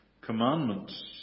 commandments